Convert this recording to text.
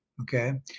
okay